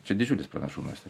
čia didžiulis pranašumas